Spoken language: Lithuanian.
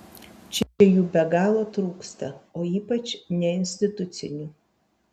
čia jų be galo trūksta o ypač neinstitucinių